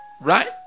Right